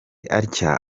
atya